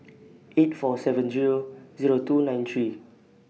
eight four seven Zero Zero two nine three